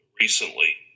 recently